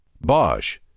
Bosch